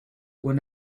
were